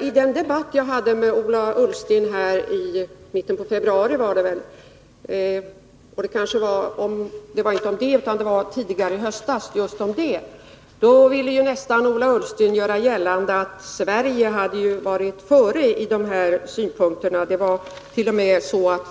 I min debatt med Ola Ullsten i höstas just om detta, ville Ola Ullsten nästan göra gällande att Sverige hade varit före med dessa synpunkter.